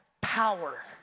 Power